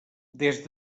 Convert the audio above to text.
des